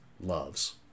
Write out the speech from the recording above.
loves